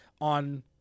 on